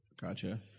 gotcha